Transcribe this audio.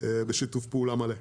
בשיתוף פעולה מלא.